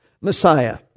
Messiah